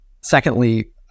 Secondly